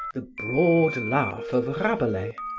the broad laugh of rabelais,